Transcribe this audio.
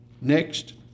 Next